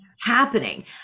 happening